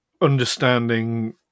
understanding